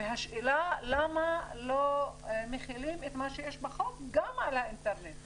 והשאלה למה לא מחילים את מה שיש בחוק גם על האינטרנט,